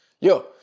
Yo